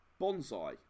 bonsai